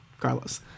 Carlos